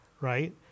right